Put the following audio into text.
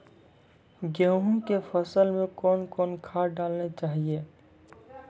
गेहूँ के फसल मे कौन कौन खाद डालने चाहिए?